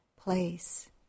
place